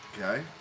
Okay